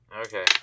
Okay